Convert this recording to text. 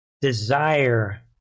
...desire